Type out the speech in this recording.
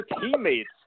teammates